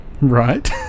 Right